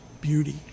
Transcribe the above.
beauty